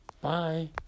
bye